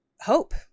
hope